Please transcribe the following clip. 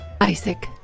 Isaac